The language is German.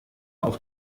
auf